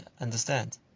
understand